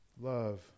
Love